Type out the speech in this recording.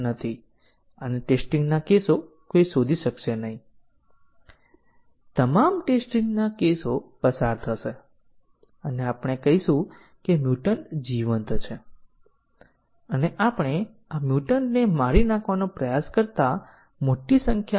અહીં data flow ટેસ્ટિંગમાં મુખ્ય વિચાર એ છે કે આપણી પાસે ટેસ્ટ કેસો છે જેમ કે વેરિયેબલ્સની વ્યાખ્યા અને ઉપયોગો આવરી લેવામાં આવ્યા છે